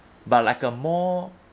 but like a more